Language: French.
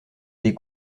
des